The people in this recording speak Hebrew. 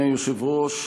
אדוני היושב-ראש,